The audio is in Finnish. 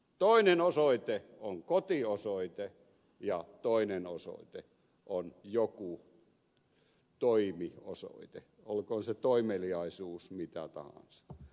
toinen osoite on kotiosoite ja toinen osoite on joku toimiosoite olkoon se toimeliaisuus mitä tahansa